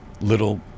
Little